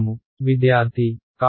closed surface this